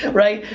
right?